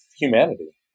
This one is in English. humanity